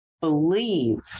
believed